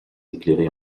éclairée